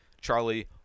Charlie